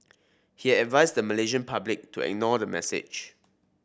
he has advised the Malaysian public to ignore the message